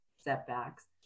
setbacks